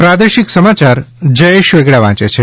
પ્રાદેશિક સમાયાર જયેશ વેગડા વાંચે છે